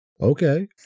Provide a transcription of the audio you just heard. Okay